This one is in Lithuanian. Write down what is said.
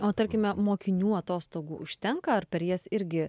o tarkime mokinių atostogų užtenka ar per jas irgi